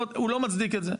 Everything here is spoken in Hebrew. הוא לא מצדיק את זה.